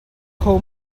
kho